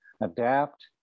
adapt